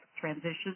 transition